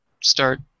start